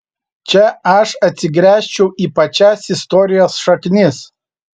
čia aš atsigręžčiau į pačias istorijos šaknis